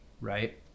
Right